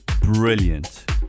brilliant